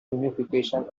unification